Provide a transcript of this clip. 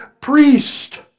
priest